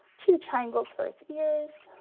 two triangles for it's ears.